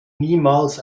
niemals